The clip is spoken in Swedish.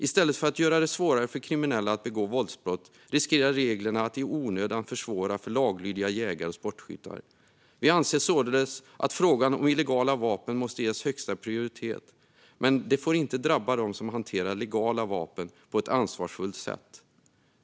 I stället för att göra det svårare för kriminella att begå våldsbrott riskerar reglerna att i onödan försvåra för laglydiga jägare och sportskyttar. Vi anser således att frågan om illegala vapen måste ges högsta prioritet, men det får inte drabba dem som hanterar legala vapen på ett ansvarsfullt sätt.